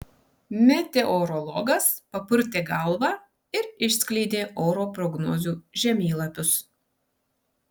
meteorologas papurtė galvą ir išskleidė oro prognozių žemėlapius